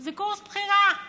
זה קורס בחירה.